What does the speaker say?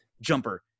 jumper